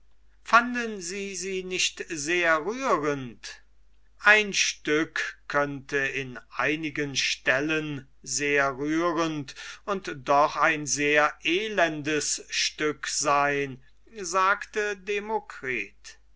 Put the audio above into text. fanden sie sie nicht sehr rührend ein stück könnte in einigen stellen sehr rührend und doch ein sehr elendes stück sein sagte demokritus